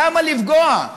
למה לפגוע?